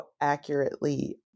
accurately